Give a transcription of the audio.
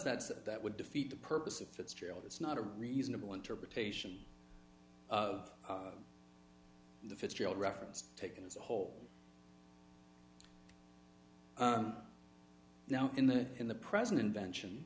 that's that would defeat the purpose of fitzgerald it's not a reasonable interpretation of the fitzgerald reference taken as a whole now in the in the present invention